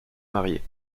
marier